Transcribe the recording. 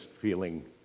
feeling